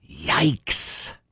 Yikes